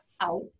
out